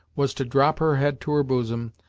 was to drop her head to her bosom,